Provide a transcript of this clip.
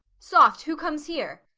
soft! who comes here?